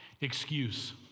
excuse